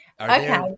Okay